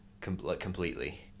completely